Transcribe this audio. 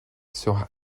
sera